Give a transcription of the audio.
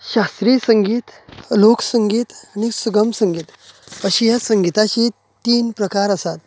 शास्त्रीय संगीत लोक संगीत आनी सुगम संगीत अशे ह्या संगिताचे तीन प्रकार आसात